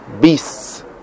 beasts